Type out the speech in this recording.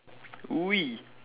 oui